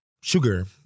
sugar